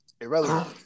irrelevant